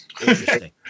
Interesting